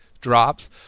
drops